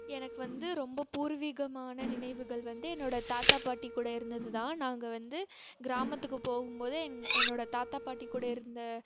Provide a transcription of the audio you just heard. எனக்கு வந்து ரொம்ப பூர்விகமான நினைவுகள் வந்து என்னோடய தாத்தா பாட்டி கூட இருந்தது தான் நாங்கள் வந்து கிராமத்துக்கு போகும்போதே என் என்னோடய தாத்தா பாட்டி கூட இருந்த